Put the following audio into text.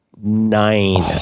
nine